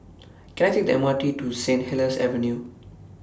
Can I Take The M R T to Saint Helier's Avenue